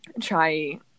try